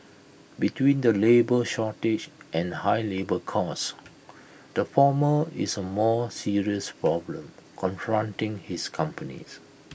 between the labour shortage and high labour costs the former is A more serious problem confronting his companies